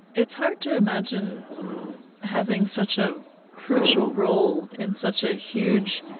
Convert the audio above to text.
it's hard to imagine having such a crucial role in such a huge